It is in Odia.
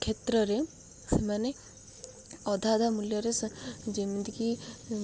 କ୍ଷେତ୍ରରେ ସେମାନେ ଅଧା ଅଧା ମୂଲ୍ୟରେ ଯେମିତିକି